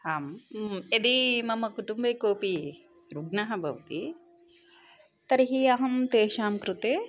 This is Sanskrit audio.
हाम् यदि मम कुटुम्बे कोऽपि रुग्णः भवति तर्हि अहं तेषां कृते